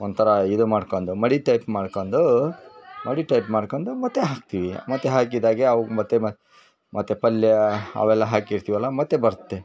ಒಂಥರ ಇದು ಮಾಡ್ಕಂಡು ಮಡಿ ಟೈಪ್ ಮಾಡ್ಕಂಡು ಮಡಿ ಟೈಪ್ ಮಾಡ್ಕಂಡು ಮತ್ತು ಹಾಕ್ತಿವಿ ಮತ್ತು ಹಾಕಿದಾಗೆ ಅವು ಮತ್ತು ಮತ್ತು ಪಲ್ಯ ಅವೆಲ್ಲ ಹಾಕಿರ್ತೀವಲ್ಲ ಮತ್ತು ಬರ್ತೆ